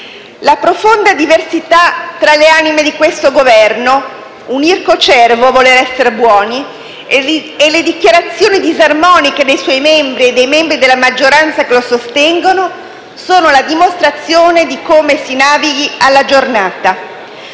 La profonda diversità tra le anime di questo Governo - un ircocervo, a voler essere buoni - e le dichiarazioni disarmoniche dei suoi membri e dei membri della maggioranza che lo sostengono sono la dimostrazione di come si navighi alla giornata.